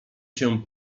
się